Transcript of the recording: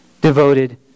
devoted